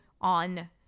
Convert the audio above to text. on